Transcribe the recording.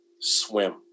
swim